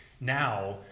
now